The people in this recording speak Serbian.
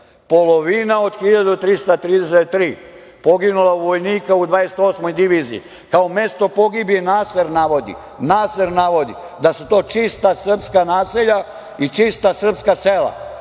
polovina od 1.333 poginula vojnika u 28. diviziji. Kao mesto pogibije Naser navodi da su to čista srpska naselja i čista srpska sela.